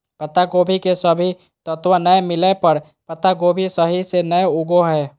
पत्तागोभी के सही तत्व नै मिलय पर पत्तागोभी सही से नय उगो हय